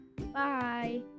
Bye